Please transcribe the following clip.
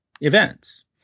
events